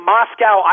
Moscow